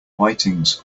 whitings